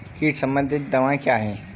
कीट संबंधित दवाएँ क्या हैं?